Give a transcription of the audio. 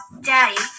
Daddy